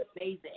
amazing